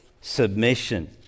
submission